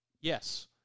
yes